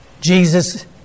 Jesus